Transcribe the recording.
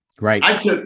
Right